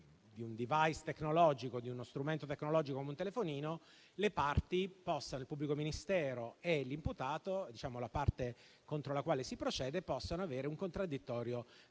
di un *device* tecnologico, di uno strumento tecnologico come un telefonino, il pubblico ministero e l'imputato - diciamo la parte contro la quale si procede - possano avere un contraddittorio